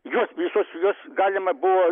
juos visus juos galima buvo